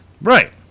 Right